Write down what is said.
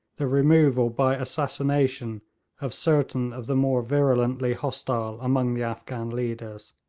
the removal by assassination of certain of the more virulently hostile among the afghan leaders.